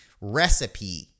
recipe